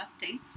updates